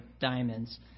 diamonds